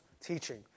teaching